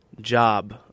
job